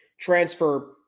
transfer